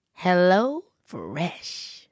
HelloFresh